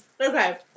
Okay